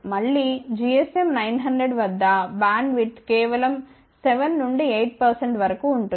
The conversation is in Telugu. మళ్ళీ GSM 900 వద్ద బ్యాండ్విడ్త్ కేవలం 7 నుండి 8 వరకు ఉంటుంది